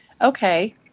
Okay